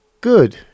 good